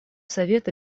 совет